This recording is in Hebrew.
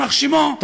יימח שמו,